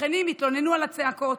השכנים התלוננו על הצעקות.